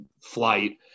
flight